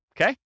Okay